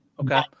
Okay